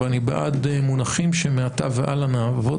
אבל אני בעד מונחים שמעתה והלאה נעבוד